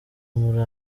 muri